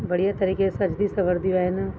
बढ़िया तरीक़े सां सजदी सवरदी आहिनि